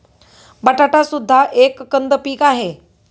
बटाटा सुद्धा एक कंद पीक आहे